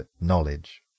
knowledge